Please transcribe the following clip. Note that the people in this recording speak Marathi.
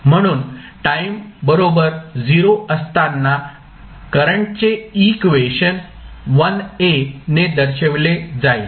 म्हणून टाईम बरोबर 0 असताना करंटचे इक्वेशन ने दर्शविले जाईल